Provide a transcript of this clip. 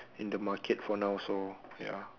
in the market for now so ya